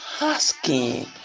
asking